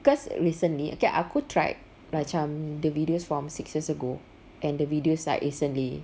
because recently okay aku tried macam the videos from six years ago and the videos lah recently